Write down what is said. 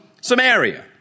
Samaria